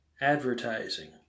advertising